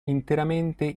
interamente